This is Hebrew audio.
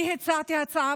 אני הצעתי הצעה,